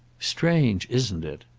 strange, isn't it?